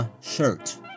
shirt